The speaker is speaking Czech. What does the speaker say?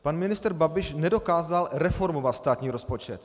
Pan ministr Babiš nedokázal reformovat státní rozpočet.